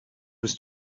was